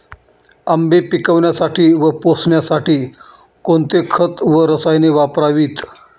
आंबे पिकवण्यासाठी व पोसण्यासाठी कोणते खत व रसायने वापरावीत?